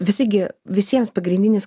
visi gi visiems pagrindinis